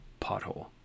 pothole